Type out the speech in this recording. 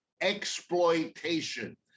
exploitation